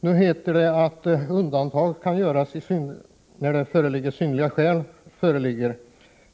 Nu heter det att undantag kan göras, om synnerliga skäl föreligger.